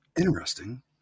interesting